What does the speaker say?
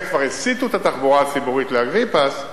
כבר הסיטו את התחבורה הציבורית לאגריפס,